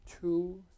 two